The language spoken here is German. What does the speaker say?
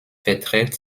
verträgt